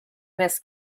miss